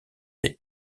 des